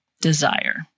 desire